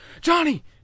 Johnny